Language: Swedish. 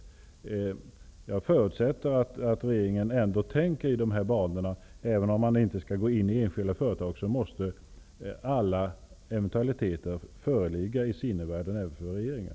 Jag förutsätter att regeringen ändå tänker i de här banorna. Även om man inte skall gå in i enskilda företag, måste alla eventualiteter föreligga i sinnevärlden även för regeringen.